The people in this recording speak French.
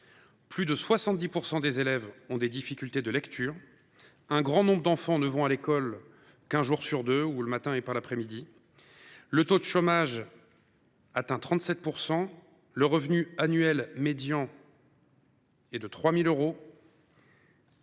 Plus de 70 % des élèves ont des difficultés en lecture ; un grand nombre d’enfants ne vont à l’école qu’un jour sur deux, ou seulement le matin ou l’après midi. Le taux de chômage atteint 37 % et le revenu annuel médian est de 3 000 euros.